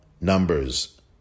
numbers